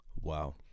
wow